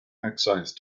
excise